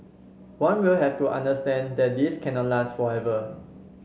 one will have to understand that this cannot last forever